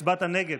הצבעת נגד?